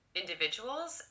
individuals